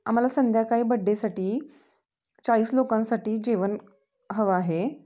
आम्हाला संध्याकाळी बड्डेसाठी चाळीस लोकांसाठी जेवण हवं आहे